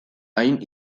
hain